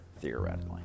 theoretically